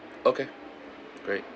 okay great